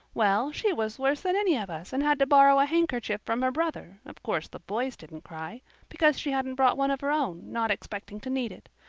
well, she was worse than any of us and had to borrow a handkerchief from her brother of course the boys didn't cry because she hadn't brought one of her own, not expecting to need it.